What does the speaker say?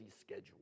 schedule